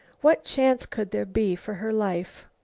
what chance could there be for her life?